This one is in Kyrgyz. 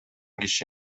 киши